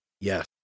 Yes